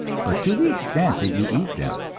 but to the extent that you eat them,